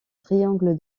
triangle